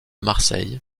marseille